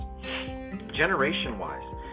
generation-wise